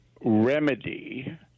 remedy